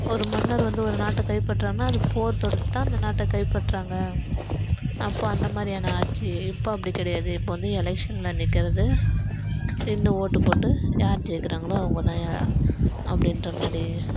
ஒரு மன்னர் வந்து ஒரு நாட்டை கைப்பற்றாருன்னா அது போர்தொடுத்து தான் அந்த நாட்டை கைப்பற்றாங்க அப்போ அந்தமாதிரியான ஆட்சி இப்போ அப்படி கிடையாது இப்போ வந்து எலெக்ஷ்னில் நிற்கிறது நின்று ஒட்டு போட்டு யார் ஜெயிக்கிறாங்களோ அவங்க தான் அப்படின்றமாரி